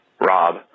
Rob